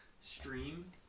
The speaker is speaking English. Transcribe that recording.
stream